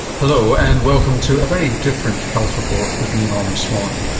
hello and welcome to a very different health report with me, norman swan.